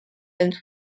and